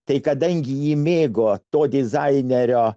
tai kadangi ji mėgo to dizainerio